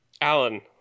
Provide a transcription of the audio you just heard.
alan